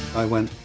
i went,